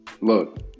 look